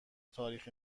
تاریخ